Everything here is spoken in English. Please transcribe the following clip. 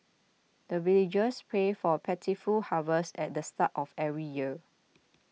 the villagers pray for plentiful harvest at the start of every year